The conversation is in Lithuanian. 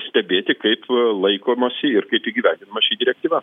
stebėti kaip laikomasi ir kaip įgyvendinama ši direktyva